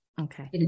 okay